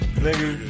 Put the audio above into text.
Nigga